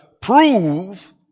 prove